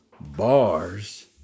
bars